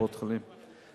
קופות-חולים,